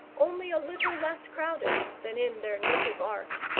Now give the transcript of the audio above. only a little less crowded than in their native ark.